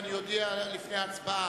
ואני אודיע לפני ההצבעה,